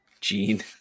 Gene